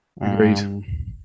Agreed